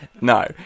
No